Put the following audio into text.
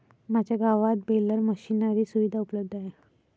माझ्या गावात baler machinery सुविधा उपलब्ध आहे